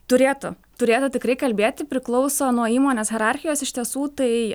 turėtų turėtų tikrai kalbėti priklauso nuo įmonės hierarchijos iš tiesų tai